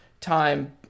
time